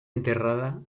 enterrada